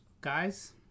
guys